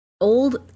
old